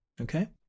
okay